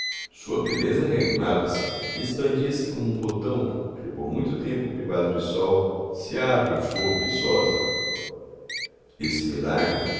sua beleza reanimava se e expandia-se como um botão que por muito tempo privado de sol se abre em flor viçosa esse milagre